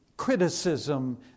Criticism